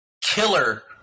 killer